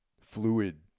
fluid